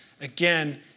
again